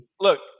Look